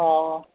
অঁ